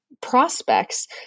prospects